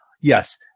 yes